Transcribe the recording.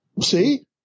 See